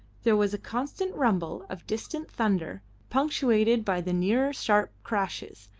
there was a constant rumble of distant thunder punctuated by the nearer sharp crashes,